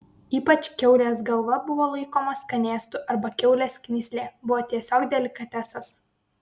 ypač kiaulės galva buvo laikoma skanėstu arba kiaulės knyslė buvo tiesiog delikatesas